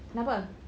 kenapa